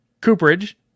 Cooperage